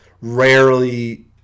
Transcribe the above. rarely